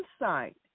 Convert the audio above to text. insight